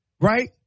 right